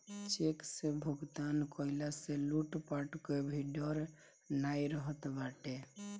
check से भुगतान कईला से लूटपाट कअ भी डर नाइ रहत बाटे